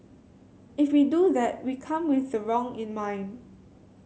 if we do that we come with the wrong in mind